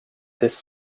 this